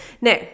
Now